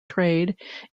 trade